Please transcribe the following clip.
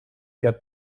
get